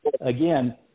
Again